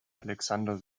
alexander